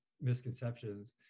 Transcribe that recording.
misconceptions